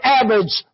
average